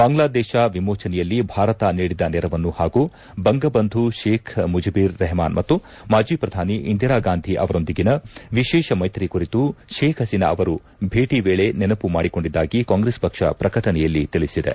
ಬಾಂಗ್ಲಾದೇಶ ವಿಮೋಚನೆಯಲ್ಲಿ ಭಾರತ ನೀಡಿದ ನೆರವನ್ನು ಹಾಗೂ ಬಂಗಬಂಧು ಶೇಖ್ ಮುಜಿಬಿರ್ ರೆಹಮಾನ್ ಮತ್ತು ಮಾಜಿ ಪ್ರಧಾನಿ ಇಂದಿರಾಗಾಂಧಿ ಅವರೊಂದಿಗಿನ ವಿಶೇಷ ಮೈತ್ರಿ ಕುರಿತು ಶೇಖ್ ಹಸೀನಾ ಅವರು ಭೇಟಿ ವೇಳೆ ನೆನಪು ಮಾಡಿಕೊಂಡಿದ್ದಾಗಿ ಕಾಂಗ್ರೆಸ್ ಪಕ್ಷ ಪ್ರಕಟಣೆಯಲ್ಲಿ ತಿಳಿಸಿದೆ